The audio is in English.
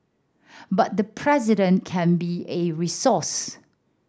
but the President can be a resource